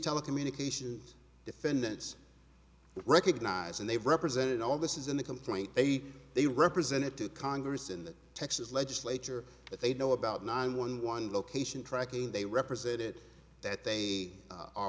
telecommunications defendants recognize and they've represented all this is in the complaint they they represented to congress in the texas legislature that they know about nine one one location tracking they represented that they are